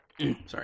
Sorry